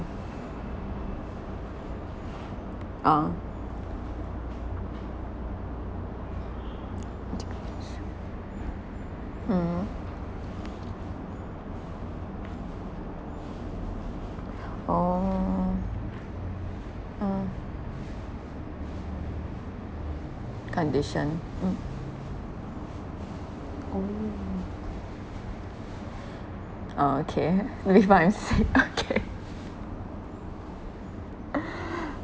oh mmhmm oh oh condition mm oh oh okay believe what I've said okay